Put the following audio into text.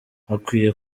hakwiye